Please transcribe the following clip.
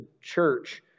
church